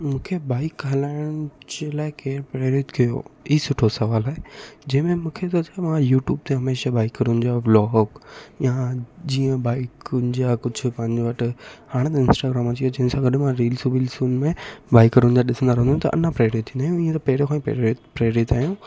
मूंखे बाइक हलाइण जे लाइ कंहिं प्रेरित कयो ई सुठो सुवाल आहे जंहिं में मूंखे थो थिए मां यूट्यूब ते हमेशह बाइकरुनि जा ब्लॉग या जीअं बाइकुनि जा कुझु पंहिंजे वटि हाणे त इंस्टाग्राम अची वियो जिनि सां गॾु मां रील्सूं विल्सूं में बाइकरुनि जा ॾिसंदा रहंदा आहियूं त अञा प्रेरित थींदा आहियूं इअं त पहिरियो खां ई प्रेरित प्रेरित आहियां